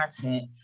content